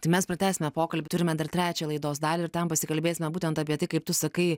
tai mes pratęsime pokalbį turime dar trečią laidos dalį ir ten pasikalbėsime būtent apie tai kaip tu sakai